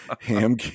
ham